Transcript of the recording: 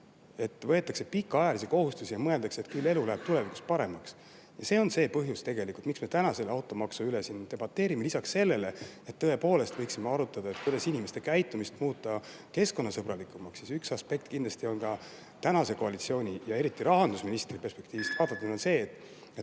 et võetakse pikaajalisi kohustusi ja mõeldakse, et küll elu läheb tulevikus paremaks. See on see põhjus, miks me täna selle automaksu üle siin debateerime. Lisaks sellele, et me tõepoolest võiksime arutada, kuidas inimeste käitumist muuta keskkonnasõbralikumaks, on praeguse koalitsiooni ja eriti rahandusministri perspektiivist vaadatuna üks aspekt